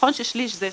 נכון ששליש זו